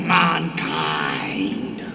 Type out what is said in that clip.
mankind